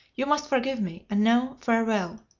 you must forgive me and now, farewell!